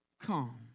Come